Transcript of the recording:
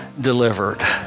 delivered